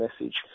message